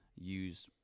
use